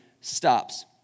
stops